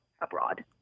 abroad